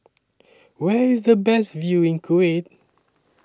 Where IS The Best View in Kuwait